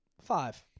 Five